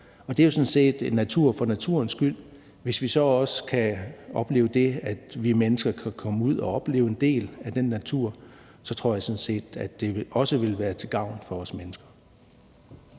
Og det er jo sådan set natur for naturens skyld, og hvis vi så også kan opleve det, at vi mennesker kan komme ud og opleve en del af den natur, så tror jeg sådan set, at det også vil være til gavn for os mennesker.